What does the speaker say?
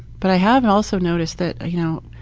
but i have also noticed that, you know,